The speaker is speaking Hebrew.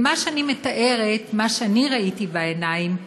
למה שאני מתארת, מה שאני ראיתי בעיניים,